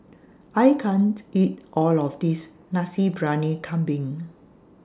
I can't eat All of This Nasi Briyani Kambing